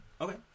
Okay